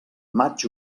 maig